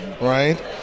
right